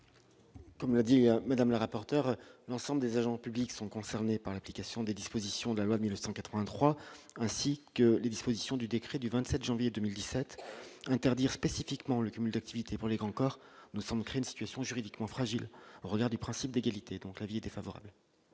Comme l'a dit Madame le rapporteur, l'ensemble des agents publics sont concernés par l'application des dispositions de la loi de 1983 ainsi que les dispositions du décret du 27 janvier 2017 interdire spécifiquement le cumul d'activité pour les grands corps nous sommes crée une situation juridiquement fragile, au regard du principe d'égalité donc l'avis défavorable.